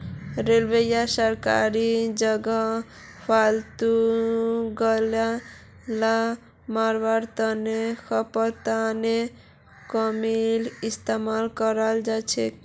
railway या सरकारी जगहत फालतू गाछ ला मरवार तने खरपतवारनाशक केमिकल इस्तेमाल कराल जाछेक